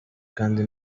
kandi